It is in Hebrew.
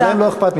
להם לא אכפת,